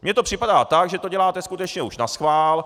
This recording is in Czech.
Mně to připadá tak, že to děláte skutečně už naschvál.